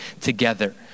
together